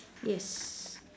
yes